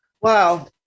Wow